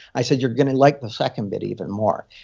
i said, you're going to like the second bit even more.